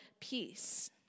peace